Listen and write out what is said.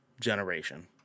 generation